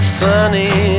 sunny